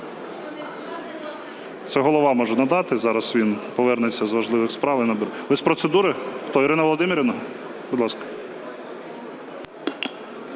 Це Голова може надати. Зараз він повернеться з важливих справ і… Ви з процедури? Хто, Ірина Володимирівна? Будь ласка.